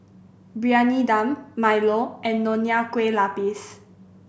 Briyani Dum milo and Nonya Kueh Lapis